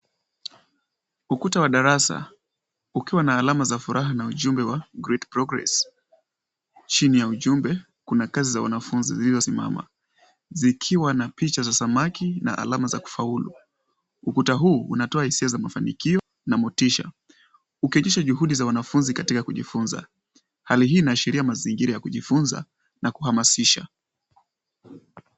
Ukuta wa darasa ukiwa na alama za furaha na ujumbe wa great progress chini ya ujumbe kuna kazi za wanafunzi zilizo simama zikiwa na picha za samaki na alama za kufaulu. Ukuta huu unatoa hisia za mafanikio na motisha. Huketisha juhidi za wanafunzi katika kujifunza, hali hii inaashiria mazingira ya kujifunza na kuhamasisha.